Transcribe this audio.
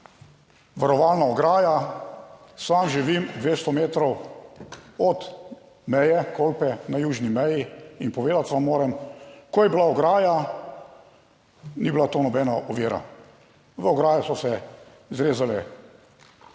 varovalna ograja. Sam živim 200 metrov od meje Kolpe na južni meji in povedati vam moram, ko je bila ograja ni bila to nobena ovira. V ograjo so se zrezale